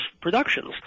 productions